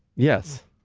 yes.